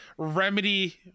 remedy